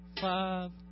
five